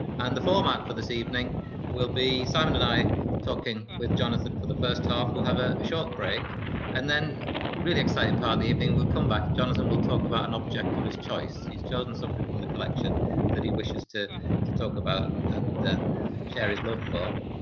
and the format for this evening will be simon and i talking with jonathan for the first half. we'll have a short break and then really exciting part of the evening we'll come back and jonathan will talk about an object of his choice. he's chosen something from the collection that he wishes to to talk about and and share his his love for.